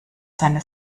seine